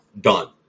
Done